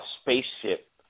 spaceship